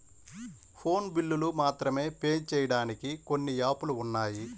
phone బిల్లులు మాత్రమే pay చెయ్యడానికి కొన్ని యాపులు ఉన్నాయి